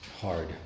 hard